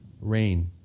rain